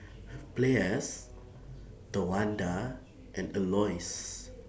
Play as Tawanda and Elouise